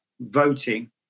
voting